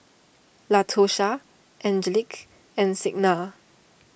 Latosha Angelic and Signa